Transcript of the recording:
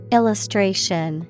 Illustration